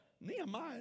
Nehemiah